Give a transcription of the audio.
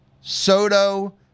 Soto